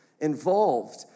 involved